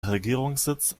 regierungssitz